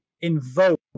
invoke